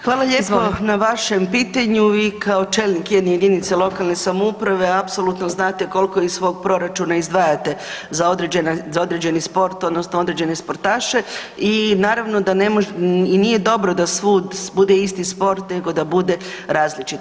Hvala lijepo na vašem pitanju i vi kao čelnik jedne jedinice lokalne samouprave apsolutno znate koliko iz svog proračuna izdvajate za određeni sport odnosno određene sportaše i nije dobro da svud bude isti sport nego da bude različit.